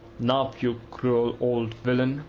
now you cruel old villain,